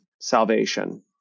salvation